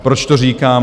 Proč to říkám?